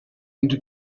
into